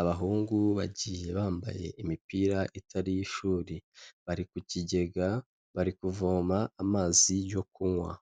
abahungu bagiye bambaye imipira itari iy'ishuri, bari ku kigega, bari kuvoma amazi yo kunywa.